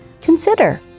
Consider